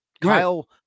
Kyle